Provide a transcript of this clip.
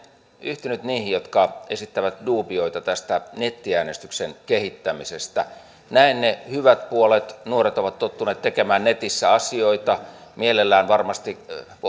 yhtynyt niihin jotka esittävät duubioita tästä nettiäänestyksen kehittämisestä näen ne hyvät puolet nuoret ovat tottuneet tekemään netissä asioita mielellään varmasti